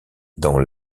dans